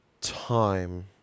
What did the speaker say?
time